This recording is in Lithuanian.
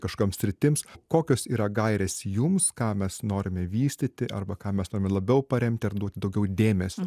kažkokiom sritims kokios yra gairės jums ką mes norime vystyti arba ką mes norime labiau paremti ar duoti daugiau dėmesio